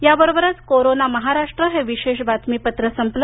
याबरोबरच कोरोना महाराष्ट्र हे विशेष बातमीपत्र संपलं